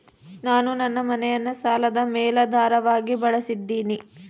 ನಾನು ನನ್ನ ಮನೆಯನ್ನ ಸಾಲದ ಮೇಲಾಧಾರವಾಗಿ ಬಳಸಿದ್ದಿನಿ